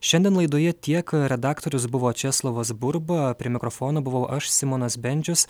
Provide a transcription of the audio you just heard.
šiandien laidoje tiek redaktorius buvo česlovas burba prie mikrofono buvau aš simonas bendžius